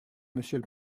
monsieur